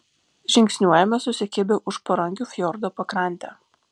žingsniuojame susikibę už parankių fjordo pakrante